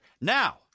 Now